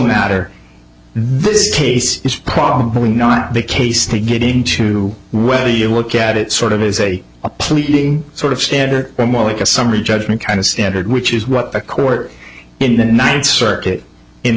this case is probably not the case to get into whether you look at it sort of as a a pleading sort of standard more like a summary judgment kind of standard which is what the court in the ninth circuit in